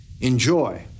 Enjoy